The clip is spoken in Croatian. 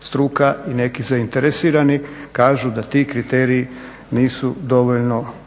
Struka i neki zainteresirani kažu da ti kriteriji nisu dovoljno realno